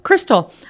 Crystal